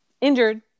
injured